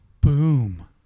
Boom